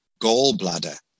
gallbladder